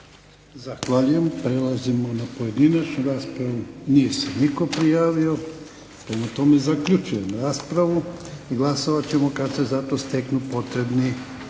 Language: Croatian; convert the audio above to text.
Zahvaljujem. Prelazimo na pojedinačnu raspravu. Nije se nitko prijavio. Prema tome, zaključujem raspravu i glasovat ćemo kada se za to steknu potrebni